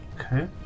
Okay